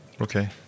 Okay